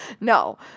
No